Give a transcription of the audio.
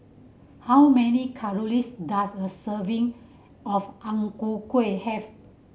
how many calories does a serving of Ang Ku Kueh have